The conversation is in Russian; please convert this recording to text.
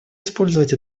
использовать